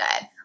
good